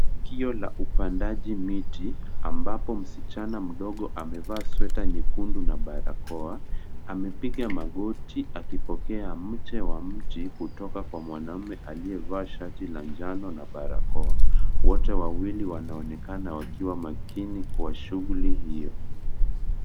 Tukio la upandaji miti ,ambapo msichana mdogo amevaa sweta nyekundu na barakoa ,amepiga magoti akipokea mche wa mTi kutoka kwa mwanamume aliyevaa shati la njano na barakoa. Wote wawili wanaonekana wakiwa makini kuwa shughuli hiyo.